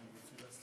לך.